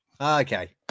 Okay